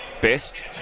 best